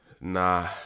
nah